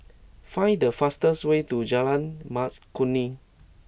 find the fastest way to Jalan Mas Kuning